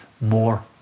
more